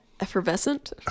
Effervescent